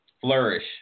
flourish